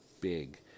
big